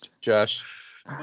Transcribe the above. Josh